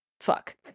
fuck